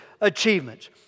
achievements